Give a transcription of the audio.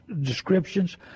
descriptions